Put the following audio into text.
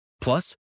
Plus